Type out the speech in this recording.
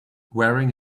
wearing